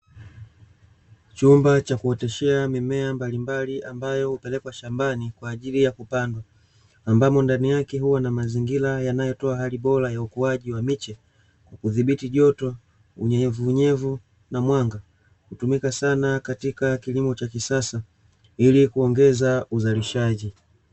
Chumba cha kuoteshea mimea mbalimbali ambayo hupelekwa shambani kwa ajili ya kupandwa, ambamo ndani yake huwa na mazingira yanayotoa hali bora ya ukuaji wa miche ,kudhibiti joto, unyevuunyevu na mwanga hutumika sana katika kilimo cha kisasa ili kuongeza uzalishaji.